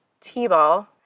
t-ball